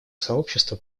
сообщество